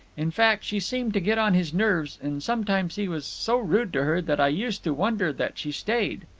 in fact, she seemed to get on his nerves, and sometimes he was so rude to her that i used to wonder that she stayed.